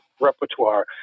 repertoire